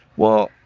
well,